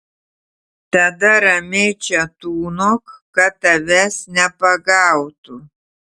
tada ramiai čia tūnok kad tavęs nepagautų